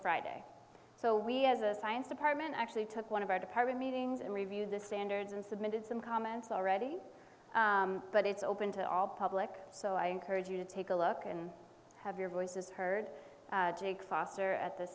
friday so we as a science department actually took one of our department meetings and reviewed the standards and submitted some comments already but it's open to all public so i encourage you to take a look and have your voices heard dick foster at the